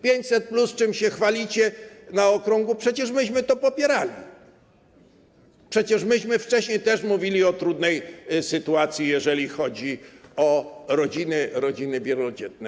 500+, którym się chwalicie na okrągło - przecież myśmy to popierali, przecież myśmy wcześniej też mówili o trudnej sytuacji, jeżeli chodzi o rodziny, rodziny wielodzietne.